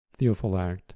Theophilact